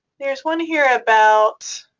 there's one here about